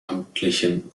amtlichen